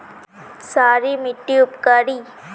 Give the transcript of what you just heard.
क्षारी मिट्टी उपकारी?